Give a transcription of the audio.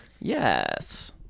Yes